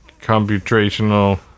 computational